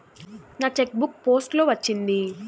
నా cheque book post లో వచ్చింది